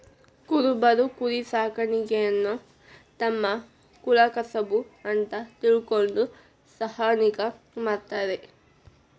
ಕುರಬರು ಕುರಿಸಾಕಾಣಿಕೆಯನ್ನ ತಮ್ಮ ಕುಲಕಸಬು ಅಂತ ತಿಳ್ಕೊಂಡು ಸಾಕಾಣಿಕೆ ಮಾಡ್ತಾರ